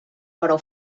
però